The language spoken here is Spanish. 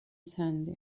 sander